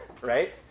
right